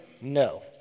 no